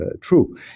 true